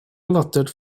allotted